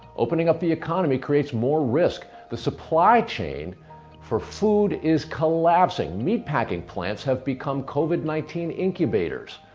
opening up the economy creates more risk the supply chain for food is collapsing, meatpacking plants have become covid nineteen incubators!